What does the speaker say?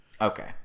Okay